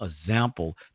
example